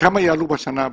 כמה יעלו בשנה הבאה,